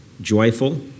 joyful